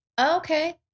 Okay